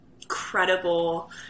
incredible